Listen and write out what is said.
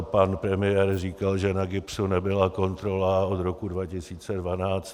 Pan premiér říkal, že na GIBSu nebyla kontrola od roku 2012.